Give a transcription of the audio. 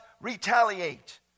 retaliate